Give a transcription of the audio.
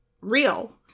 real